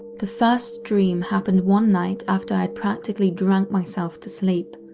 the first dream happened one night after i had practically drank myself to sleep.